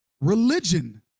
religion